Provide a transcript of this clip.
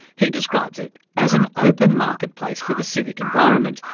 he describes it as an open marketplace for the civic environment,